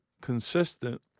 consistent